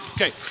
Okay